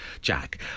Jack